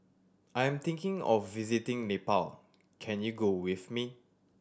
I am thinking of visiting Nepal can you go with me